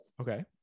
Okay